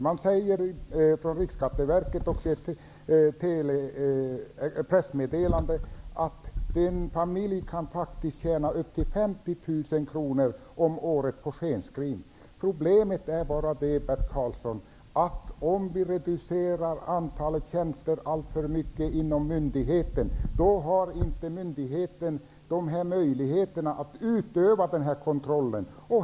I ett pressmeddelande från Riksskatteverket sägs att en familj faktiskt kan tjäna upp till 50 000 kr om året på skenskrivning. Problemet är bara, Bert Karlsson, att om vi reducerar antalet tjänster alltför mycket inom myndigheten, har myndigheten inte dessa möjligheter att utöva denna kontroll.